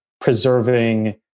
preserving